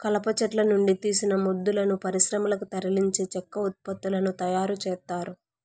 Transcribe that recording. కలప చెట్ల నుండి తీసిన మొద్దులను పరిశ్రమలకు తరలించి చెక్క ఉత్పత్తులను తయారు చేత్తారు